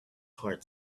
heart